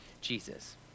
Jesus